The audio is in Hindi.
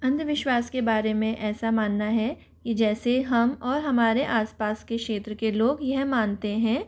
अंधविश्वास के बारे में ऐसा मानना है जैसे हम और हमारे आसपास के क्षेत्र के लोग यह मानते हैं